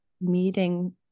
meeting